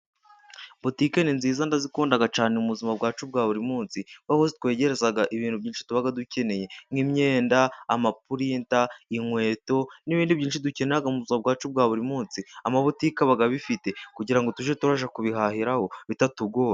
Butike ni nziza ndazikunda cyane mu buzima bwacu bwa buri munsi, kubera ko zitwegereza ibintu byinshi tuba dukeneye nk'imyenda, amapurinta, inkweto n'ibindi byinshi dukenera mu buzima bwacu bwa buri munsi, amabutike aba abifite, kugira ngo tujye turajya kubihahiraho bitatugoye.